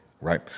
right